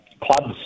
clubs